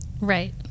Right